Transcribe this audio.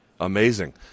Amazing